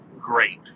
great